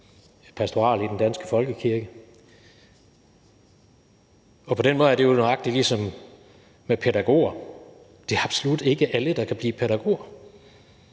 pastorale i den danske folkekirke. På den måde er det jo nøjagtig ligesom med pædagoger. Det er absolut ikke alle, der kan blive pædagoger.